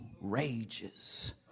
rages